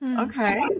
Okay